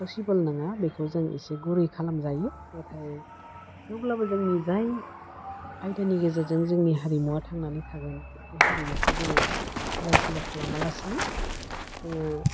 possible नङा बेखौ जों एसे गुरै खालामजायो नाथाय थेवब्लाबो जोंनि जाय आयदानि गेजेरजों जोंनि हारिमुवा थांनानै थागोन बे हारिमुखौ जोङो सोलाय सोल' खालामालासिनो जोङो